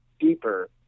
deeper